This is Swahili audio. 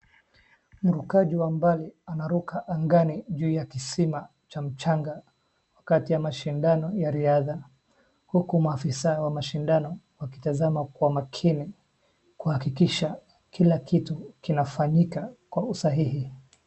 Mrukaji wa mbali anaruka angani juu ya kisima cha mchanga wakati wa mashindano ya riadha, huku maafisa wa mashindano wakitazama kwa makini kuhakikisha kila kitu kinafanyika kwa usahihi.